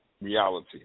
reality